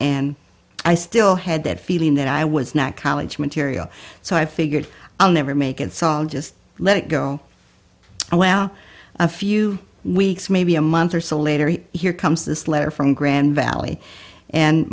and i still had that feeling that i was not college material so i figured i'll never make it saul just let it go oh well a few weeks maybe a month or so later here comes this letter from grand valley and